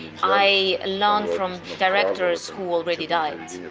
i learned from directors who already died.